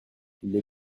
les